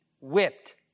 whipped